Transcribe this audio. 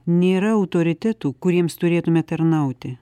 nėra autoritetų kuriems turėtume tarnauti